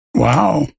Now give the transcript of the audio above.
Wow